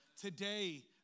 Today